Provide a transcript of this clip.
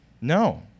No